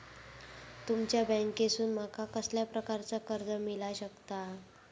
तुमच्या बँकेसून माका कसल्या प्रकारचा कर्ज मिला शकता?